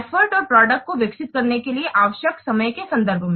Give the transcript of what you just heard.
effort और product को विकसित करने के लिए आवश्यक समय के संदर्भ में